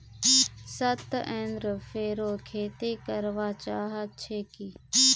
सत्येंद्र फेरो खेती करवा चाह छे की